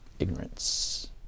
Ignorance